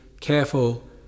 careful